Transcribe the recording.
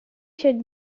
should